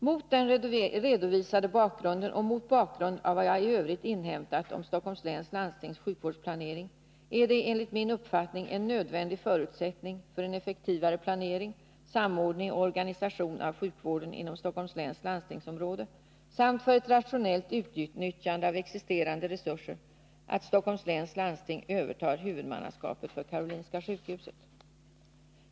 Mot den redovisade bakgrunden och mot bakgrund av vad jag i övrigt inhämtat om Stockholms läns landstings sjukvårdsplanering är det enligt min uppfattning en nödvändig förutsättning för en effektivare planering, samordning och organisation av sjukvården inom Stockholms läns landstingsområde samt för ett rationellt utnyttjande av existerande resurser att Stockholms läns landsting övertar huvudmannaskapet för Karolinska sjukhuset.